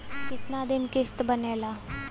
कितना दिन किस्त बनेला?